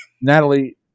Natalie